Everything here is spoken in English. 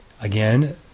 Again